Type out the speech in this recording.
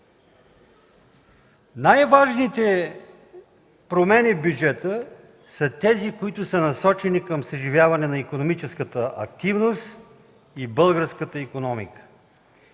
Най-важните промени в бюджета са тези, които са насочени към съживяване на икономическата активност и българската икономика.